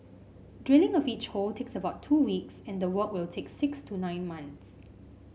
drilling of each hole takes about two weeks and the work will take six to nine months